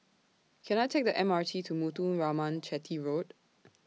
Can I Take The M R T to Muthuraman Chetty Road